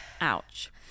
Ouch